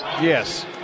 Yes